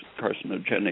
carcinogenic